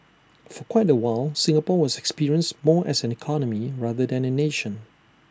for quite A while Singapore was experienced more as an economy rather than A nation